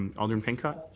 and alderman pincott?